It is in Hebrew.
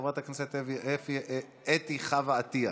חברת הכנסת אתי חוה עטייה,